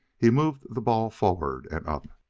he moved the ball forward and up.